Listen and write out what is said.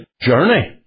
journey